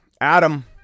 Adam